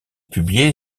publié